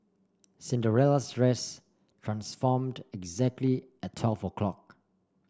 Cinderella's dress transformed exactly at twelve o' clock